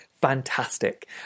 fantastic